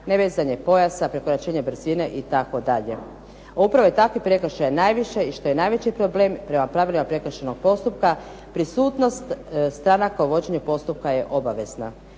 ne vezanje pojasa, prekoračenje brzine itd. Upravo takvi prekršaja je najviše i što je najveći problem prema pravilima prekršajnog postupka prisutnost stranaka u vođenju postupka je obavezna.